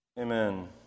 Amen